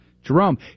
Jerome